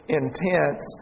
intense